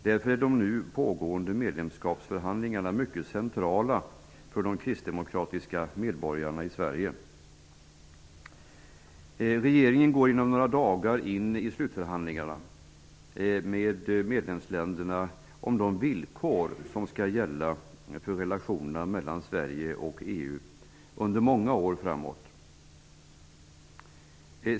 Därför är de nu pågående medlemskapsförhandlingarna mycket centrala för de kristdemokratiska medborgarna i Sverige. Regeringen går inom några dagar in i slutförhandlingarna med medlemsländerna om de villkor som skall gälla för relationerna mellan Sverige och EU under många år framöver.